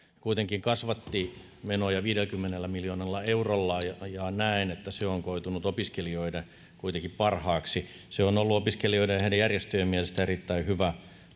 kuitenkin kasvatti menoja viidelläkymmenellä miljoonalla eurolla ja näen että se on koitunut kuitenkin opiskelijoiden parhaaksi se on ollut opiskelijoiden ja heidän järjestöjensä mielestä erittäin hyvä